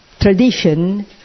tradition